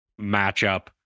matchup